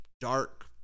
dark